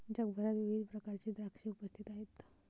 जगभरात विविध प्रकारचे द्राक्षे उपस्थित आहेत